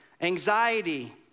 anxiety